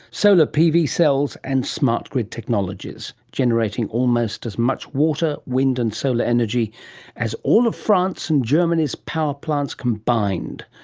solar pv cells and smart grid technologies, generating almost as much water, wind and solar energy as all of france and germany's power plants combined.